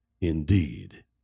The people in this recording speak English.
indeed